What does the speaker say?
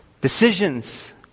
decisions